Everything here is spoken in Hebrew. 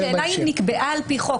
השאלה אם נקבעה על פי חוק,